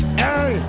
hey